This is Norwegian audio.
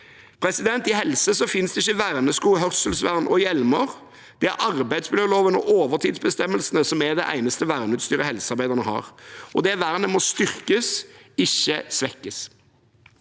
Innen helse finnes det ikke vernesko, hørselsvern og hjelmer. Det er arbeidsmiljøloven og overtidsbestemmelsene som er det eneste verneutstyret helsearbeiderne har, og det vernet må styrkes, ikke svekkes.